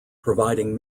providing